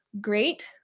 great